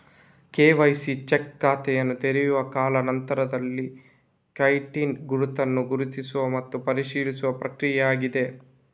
KYC check ಖಾತೆಯನ್ನು ತೆರೆಯುವ ಕಾಲಾ ನಂತರದಲ್ಲಿ ಕ್ಲೈಂಟಿನ ಗುರುತನ್ನು ಗುರುತಿಸುವ ಮತ್ತು ಪರಿಶೀಲಿಸುವ ಪ್ರಕ್ರಿಯೆಯಾಗಿದೆ